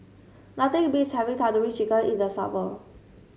nothing beats having Tandoori Chicken in the summer